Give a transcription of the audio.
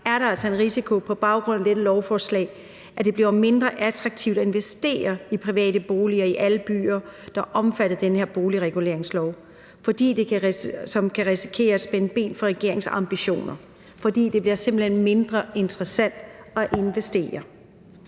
er der altså en risiko for, at det på baggrund af det her lovforslag bliver mindre attraktivt at investere i private boliger i alle byer, der er omfattet af den her boligreguleringslov, og det kan risikere at spænde ben for regeringens ambitioner. For det bliver simpelt hen mindre interessant at investere.